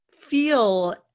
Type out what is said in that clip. feel